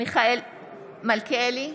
מיכאל מלכיאלי,